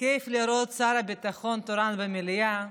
כיף לראות את שר הביטחון תורן במליאה,